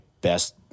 best